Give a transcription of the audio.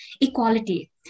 equality